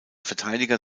verteidiger